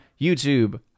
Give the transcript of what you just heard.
YouTube